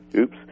Oops